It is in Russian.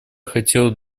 хотел